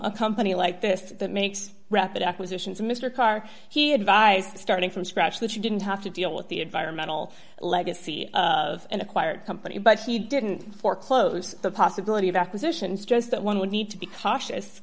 a company like this that makes rapid acquisitions mr carr he advised starting from scratch that you didn't have to deal with the environmental legacy of an acquired company but he didn't foreclose the possibility of acquisitions just that one would need to be cautious